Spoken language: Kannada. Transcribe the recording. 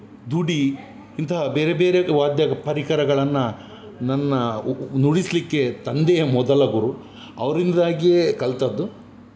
ದುಡಿ ಇಂತಹ ಬೇರೆ ಬೇರೆ ವಾದ್ಯ ಪರಿಕರಗಳನ್ನು ನನ್ನ ಉ ನುಡಿಸಲಿಕ್ಕೆ ತಂದೆಯ ಮೊದಲ ಗುರು ಅವರಿಂದಾಗಿಯೇ ಕಲಿತದ್ದು